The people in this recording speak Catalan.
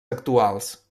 actuals